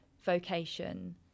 vocation